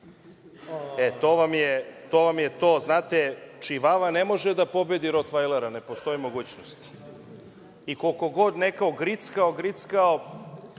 To vam je to. Znate, čivava ne može da pobedi rotvajlera, ne postoji mogućnost i koliko god neko grickao, grickao,